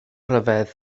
ryfedd